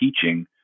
teaching